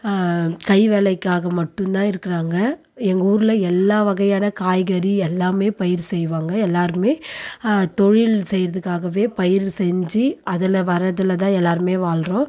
கை வேலைக்காக மட்டும்தான் இருக்கிறாங்க எங்கள் ஊரில் எல்லா வகையான காய்கறி எல்லாமே பயிர் செய்வாங்க எல்லோருமே தொழில் செய்யிறதுக்காகவே பயிர் செஞ்சு அதில் வரறதுல தான் எல்லாருமே வாழ்றோம்